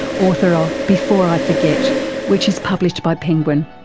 author of before i forget which is published by penguin.